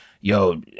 yo